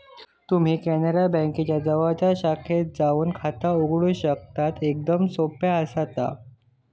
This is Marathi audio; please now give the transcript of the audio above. तुम्ही कॅनरा बँकेच्या जवळच्या शाखेत जाऊन खाता उघडू शकतस, एकदमच सोप्या आसा ता